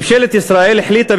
ממשלת ישראל החליטה,